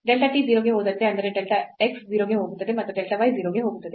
delta t 0 ಗೆ ಹೋದಂತೆ ಅಂದರೆ delta x 0 ಗೆ ಹೋಗುತ್ತದೆ ಮತ್ತು delta y 0 ಗೆ ಹೋಗುತ್ತದೆ